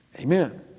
Amen